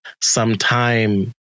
sometime